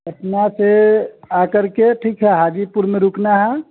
पटना से आ करके ठीक है हाजीपुर में रुकना है